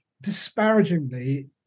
disparagingly